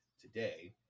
today